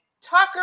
Tucker